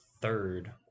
third